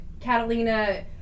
Catalina